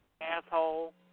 Asshole